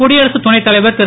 குடியரசுத் துணைத் தலைவர் திரு